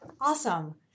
Awesome